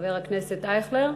חבר הכנסת אייכלר?